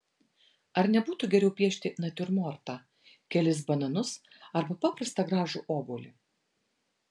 ar nebūtų geriau piešti natiurmortą kelis bananus arba paprastą gražų obuolį